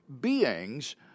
beings